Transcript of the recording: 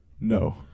No